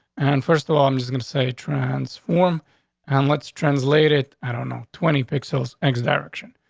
and first of all, i'm just going to say, transform on. let's translate it. i don't know, twenty pixels eggs direction.